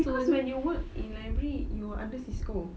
cause when you work in library you are under cisco